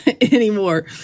anymore